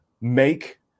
make